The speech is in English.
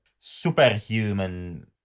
superhuman